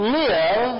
live